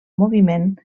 moviment